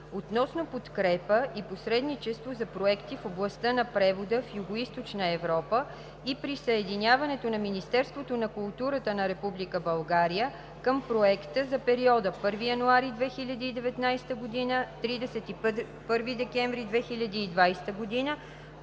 относно подкрепа и посредничество за проекти в областта на превода в Югоизточна Европа и присъединяването на Министерството на културата на Република България към проекта за периода 1 януари 2019 г. – 31 декември 2020 г.,